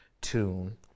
tune